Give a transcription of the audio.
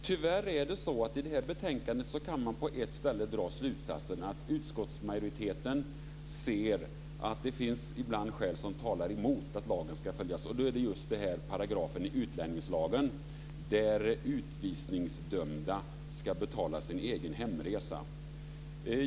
Tyvärr är det så att i det här betänkandet kan man på ett ställe dra slutsatsen att utskottsmajoriteten anser att det ibland finns skäl som talar emot att lagen ska följas. Det gäller just den här paragrafen i utlänningslagen där det står att utvisningsdömda ska betala sin egen hemresa.